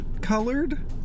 colored